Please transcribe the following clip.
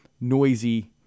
noisy